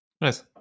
nice